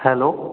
hello